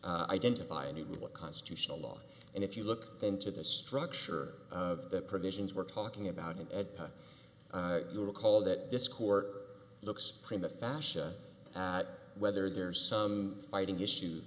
identifying what constitutional law and if you look into the structure of the provisions we're talking about as you recall that this court looks prima fashion whether there's some fighting issue